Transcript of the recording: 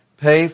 pay